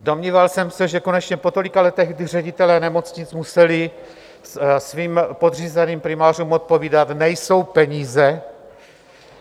Domníval jsem se, že konečně po tolika letech, kdy ředitelé nemocnic museli svým podřízeným primářům odpovídat: nejsou peníze,